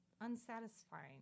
unsatisfying